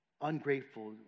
ungrateful